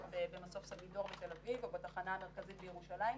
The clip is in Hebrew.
במסוף סבידור בתל אביב או בתחנה המרכזית בירושלים,